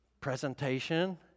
presentation